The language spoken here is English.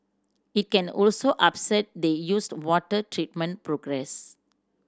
it can also upset the used water treatment progress